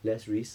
less risk